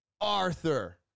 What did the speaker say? Arthur